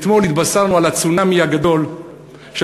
אתמול התבשרנו על הצונמי הגדול של